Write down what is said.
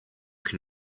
can